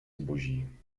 zboží